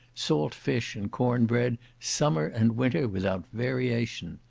salt fish, and corn bread, summer and winter, without variation.